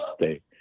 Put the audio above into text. State